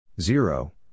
zero